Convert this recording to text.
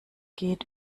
geht